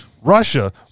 Russia